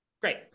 Great